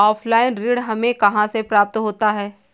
Offline ऋण हमें कहां से प्राप्त होता है?